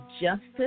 justice